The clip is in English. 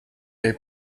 they